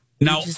Now